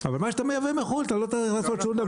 אבל מה שאתה מייבא מחו"ל, אתה לא צריך לעשות שום.